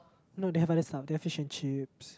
no they have other stuff they have fish-and-chips